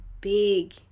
big